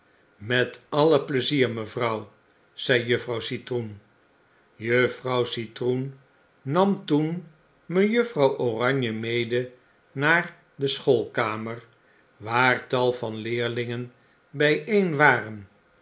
met alle pleizier mevrouw zei juffrouw citroen juffrouw citroen nam toen mejuffrouw oranje mede naar de schoolkamer waar tal vanleerlingen bijeen waren